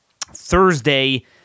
Thursday